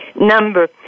number